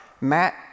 Matt